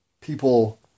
people